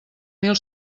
mil